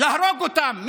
להרוג אותם.